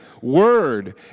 word